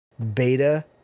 Beta